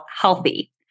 healthy